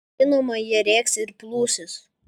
žinoma jie rėks ir plūsis